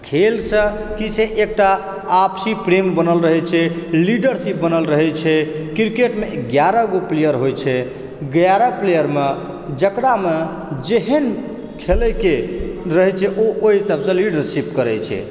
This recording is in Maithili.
आ खेलसँ की छै एकटा आपसी प्रेम बनल रहै छै लीडरशिप बनल रहै छै क्रिकेटमे एगारह गो प्लेयर होइ छै एगारह प्लेयरमे जकरामे जहन खेलैके रहैत छै ओ ओहि हिसाबसँ लीडरशिप करैत छै